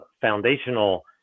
foundational